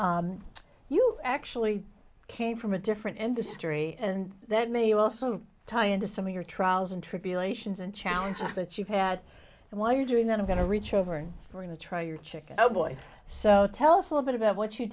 bit you actually came from a different industry and that may also tie some of your trials and tribulations and challenges that you've had and while you're doing that i'm going to reach over and we're going to try your chicken oh boy so tell us a little bit about what you